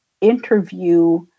interview